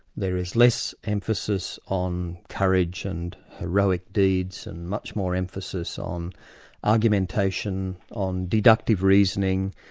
there is less emphasis on courage and heroic deeds, and much more emphasis on argumentation, on deductive reasoning,